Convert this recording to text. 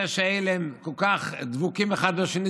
זה שאלה כל כך דבוקים אחד בשני,